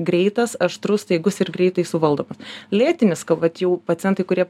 greitas aštrus staigus ir greitai suvaldomas lėtinis ka vat jau pacientai kurie